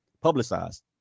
publicized